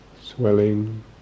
swelling